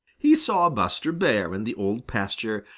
he saw buster bear in the old pasture,